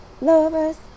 lovers